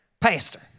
pastor